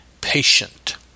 patient